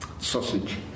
Sausage